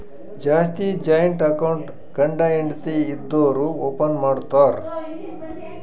ಜಾಸ್ತಿ joint account ಗಂಡ ಹೆಂಡತಿ ಇದ್ದೋರು ಓಪನ್ ಮಾಡ್ತಾರ್